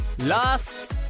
Last